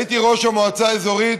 הייתי ראש המועצה האזורית